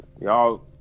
y'all